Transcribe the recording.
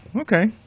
okay